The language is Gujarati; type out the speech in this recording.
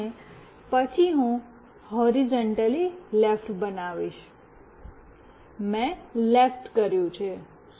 અને પછી હું હૉરિઝૉન્ટલી લેફ્ટ બનાવીશ મેં લેફ્ટ કરી છે